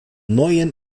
neuen